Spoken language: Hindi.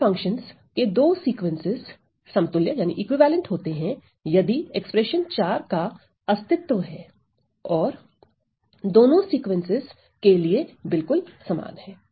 गुड फंक्शन के दो सीक्वेंसेस समतुल्य होते है यदि व्यंजक IV का अस्तित्व है और दोनों सीक्वेंसेस के लिए बिल्कुल समान है